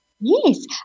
Yes